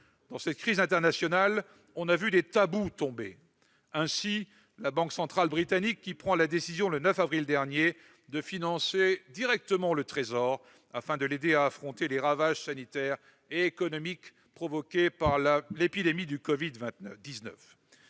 Dans cette crise internationale, on a vu des tabous tomber. La banque centrale britannique a pris la décision, le 9 avril dernier, de financer directement le Trésor afin de l'aider à affronter les ravages sanitaires et économiques provoqués par l'épidémie de Covid-19.